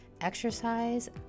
exercise